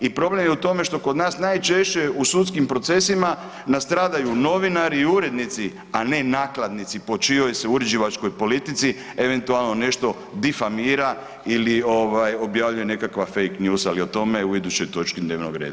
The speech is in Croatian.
I problem je u tome što kod nas najčešće u sudskim procesima nastradaju novinari i urednici, a ne nakladnici po čijoj se uređivačkoj politici eventualno nešto difamira ili ovaj objavljuje nekakva fake news ali o tome u idućoj točki dnevnog reda.